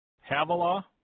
Havilah